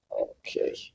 Okay